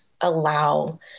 allow